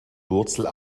wurzel